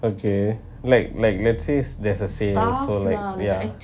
okay like like let's say there's a sale also like yeah